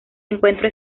encuentro